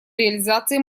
реализации